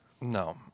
No